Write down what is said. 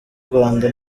rwanda